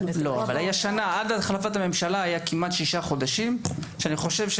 עד החלפת הממשלה היו שישה חודשים כמעט.